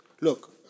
Look